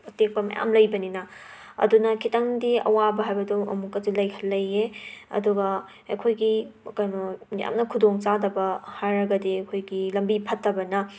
ꯑꯇꯦꯛꯄ ꯃꯌꯥꯝ ꯂꯩꯕꯅꯤꯅ ꯑꯗꯨꯅ ꯈꯤꯇꯪꯗꯤ ꯑꯋꯥꯕ ꯍꯥꯏꯕꯗꯣ ꯑꯃꯨꯛꯀꯁꯨ ꯂꯩ ꯂꯩꯌꯦ ꯑꯗꯨꯒ ꯑꯩꯈꯣꯏꯒꯤ ꯀꯩꯅꯣ ꯌꯥꯝꯅ ꯈꯨꯗꯣꯡ ꯆꯥꯗꯕ ꯍꯥꯏꯔꯒꯗꯤ ꯑꯩꯈꯣꯏꯒꯤ ꯂꯝꯕꯤ ꯐꯠꯇꯕꯅ